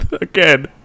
Again